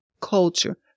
culture